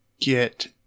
get